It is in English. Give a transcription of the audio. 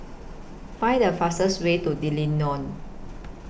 Find The fastest Way to D'Leedon